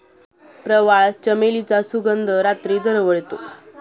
प्रवाळ, चमेलीचा सुगंध रात्री दरवळतो